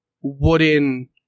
wooden